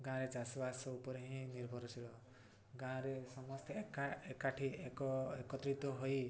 ଗାଁରେ ଚାଷବାସ ଉପରେ ହିଁ ନିର୍ଭରଶୀଳ ଗାଁରେ ସମସ୍ତେ ଏକା ଏକାଠି ଏକ ଏକତ୍ରିତ ହୋଇ